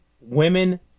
women